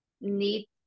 need